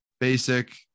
Basic